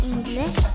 English